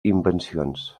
invencions